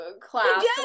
class